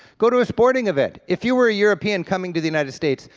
go to a sporting event. if you were a european coming to the united states,